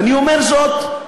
ואני אומר זאת,